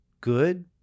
Good